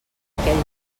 aquell